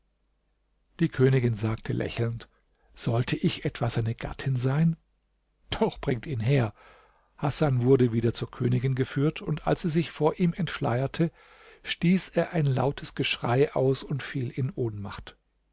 die königin sagte lächelnd sollte ich etwa seine gattin sein doch bringt ihn her hasan wurde wieder zur königin geführt und als sie sich vor ihm entschleierte stieß er ein lautes geschrei aus und fiel in ohnmacht